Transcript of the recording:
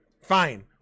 fine